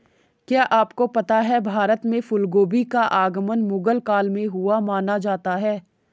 क्या आपको पता है भारत में फूलगोभी का आगमन मुगल काल में हुआ माना जाता है?